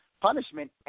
punishment